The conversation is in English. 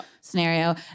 scenario